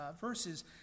verses